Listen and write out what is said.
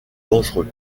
dangereux